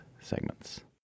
segments